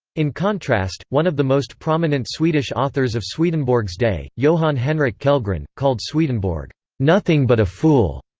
in contrast, one of the most prominent swedish authors of swedenborg's day, johan henric kellgren, called swedenborg nothing but a fool.